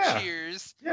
cheers